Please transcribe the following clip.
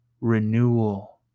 renewal